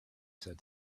said